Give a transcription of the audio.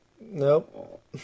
nope